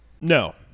no